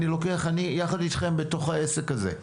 אני יחד אתכם בתוך העסק הזה,